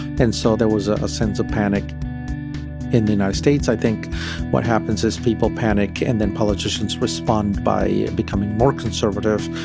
so there was ah a sense of panic in the united states. i think what happens is people panic, and then politicians respond by becoming more conservative,